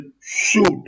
shoot